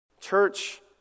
Church